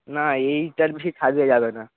না এইটার বেশি ছাড় দেওয়া যাবে না